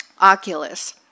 Oculus